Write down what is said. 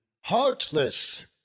heartless